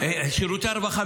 שירותי הרווחה,